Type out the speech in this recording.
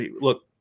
Look